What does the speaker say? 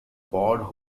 pod